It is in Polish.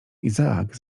izaak